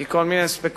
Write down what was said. כי כל מיני ספקולנטים